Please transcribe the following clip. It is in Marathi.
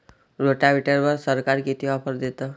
रोटावेटरवर सरकार किती ऑफर देतं?